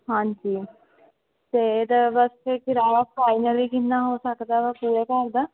ਹਾਂਜੀ ਅਤੇ ਇਹਦਾ ਵੈਸੇ ਕਿਰਾਇਆ ਫਾਈਨਲੀ ਕਿੰਨਾ ਹੋ ਸਕਦਾ ਵਾ ਪੂਰੇ ਘਰ ਦਾ